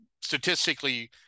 statistically